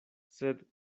sed